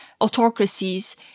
autocracies